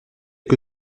que